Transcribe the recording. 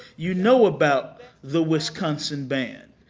you know about the wisconsin band.